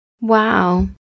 wow